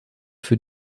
für